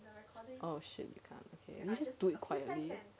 oh shit you can't okay